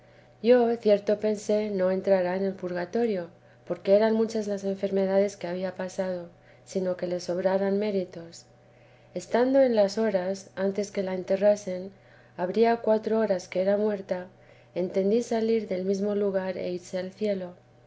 yo cierto pensé no entrara en el purgatorio porque eran muchas las enfermedades que había pasado sino que le sobraran méritos estando en las horas antes que la enterrasen habría cuatro horas que era muerta entendí salir del mesmo lugar e irse al cielo